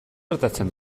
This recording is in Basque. gertatzen